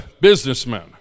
businessmen